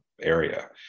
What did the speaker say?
area